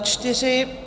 4.